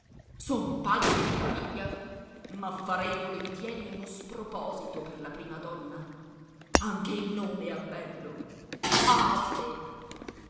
canali son padre di famiglia ma farei volentieri uno sproposito per la prima donna anche il nome ha bello